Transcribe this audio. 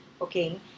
okay